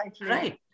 right